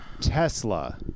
Tesla